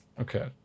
okay